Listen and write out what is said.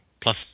plus